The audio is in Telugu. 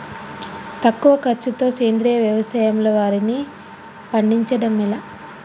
తక్కువ ఖర్చుతో సేంద్రీయ వ్యవసాయంలో వారిని పండించడం ఎలా?